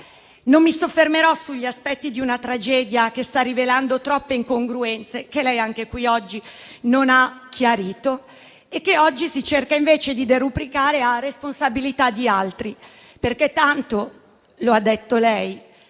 Non mi soffermerò sugli aspetti di una tragedia che sta rivelando troppe incongruenze, che lei anche qui oggi non ha chiarito e che oggi si cerca invece di derubricare a responsabilità di altri, perché tanto - lo ha detto lei